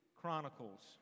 chronicles